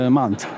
month